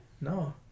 No